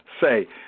say